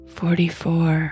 forty-four